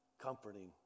Comforting